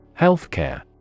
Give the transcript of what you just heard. Healthcare